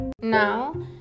Now